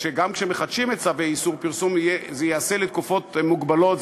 גם כשמחדשים את צווי איסור הפרסום זה ייעשה לתקופות מוגבלות,